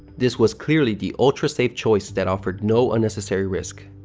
this was clearly the ultra-safe choice that offered no unnecessary risk.